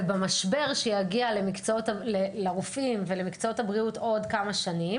ובמשבר שיגיע לרופאים ולמקצועות הבריאות בעוד כמה שנים